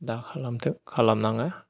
दा खालामथों खालाम नाङा